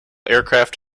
aircraft